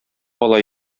ала